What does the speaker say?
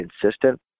consistent